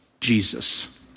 Jesus